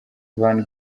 van